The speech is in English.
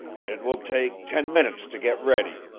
it will take ten minutes to get ready,